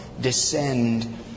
descend